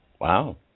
wow